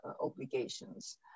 obligations